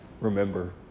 remember